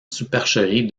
supercherie